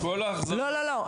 עאידה, לא.